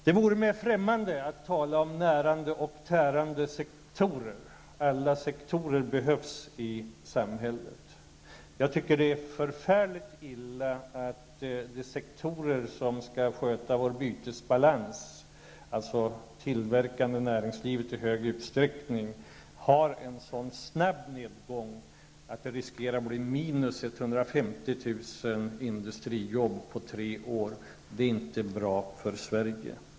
Det vore mig främmande att tala om närande och tärande sektorer. Alla sektorer behövs i samhället. Jag tycker att det är förfärligt illa att de sektorer som skall sköta vår bytesbalans, dvs. i hög grad det tillverkande näringslivet, har en sådan snabb nedgång att det finns risk för att 150 000 industrijobb försvinner på tre år. Detta är inte bra för Sverige.